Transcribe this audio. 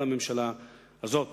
על הממשלה הזאת,